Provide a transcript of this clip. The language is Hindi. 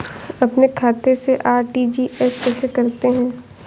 अपने खाते से आर.टी.जी.एस कैसे करते हैं?